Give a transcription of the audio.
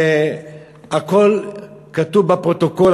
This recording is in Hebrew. הכול כתוב בפרוטוקול.